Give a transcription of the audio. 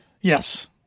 Yes